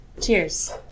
Cheers